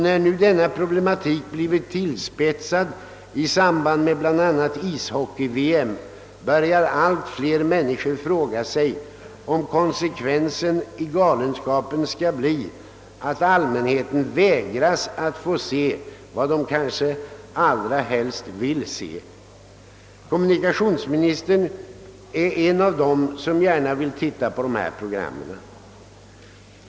När nu denna problematik blivit tillspetsad i samband med bl.a. ishockey-VM, börjar allt fler människor fråga sig, om konsekvensen av galenskapen skall bli att allmänheten vägras att se vad den allra helst vill se. Kommunikationsministern är en av dem som gärna vill titta på dessa program.